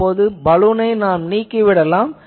இப்போது பலூனை நீக்கிவிடலாம்